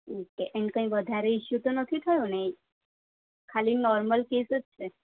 okay and કંઈ વધારે issue તો નથી થયો ને ખાલી નોર્મલ કેસ જ છે